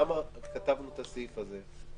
למה כתבנו את הסעיף הזה?